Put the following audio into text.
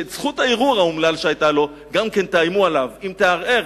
שעל זכות הערעור האומללה שהיתה לו גם תאיימו עליו: אם תערער,